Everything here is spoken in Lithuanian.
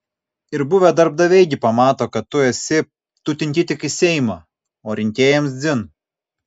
ir buvę darbdaviai gi pamato kad tu esi tu tinki tik į seimą o rinkėjams dzin